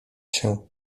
się